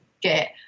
Get